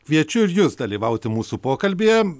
kviečiu ir jus dalyvauti mūsų pokalbyje